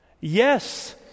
Yes